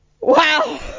Wow